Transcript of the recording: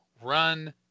Run